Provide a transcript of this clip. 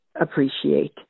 appreciate